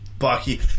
Bucky